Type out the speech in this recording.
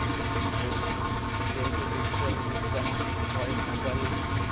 ᱛᱳ ᱡᱮᱦᱮᱛᱩ ᱰᱤᱡᱤᱴᱮᱞ ᱡᱩᱜᱽ ᱠᱟᱱᱟ ᱦᱳᱭ ᱢᱚᱵᱟᱭᱤᱞ